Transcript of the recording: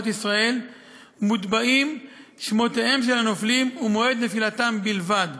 ישראל מוטבעים שמותיהם של הנופלים ומועד נפילתם בלבד.